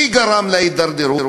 מי גרם להידרדרות?